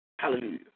hallelujah